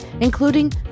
including